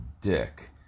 Dick